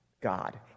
God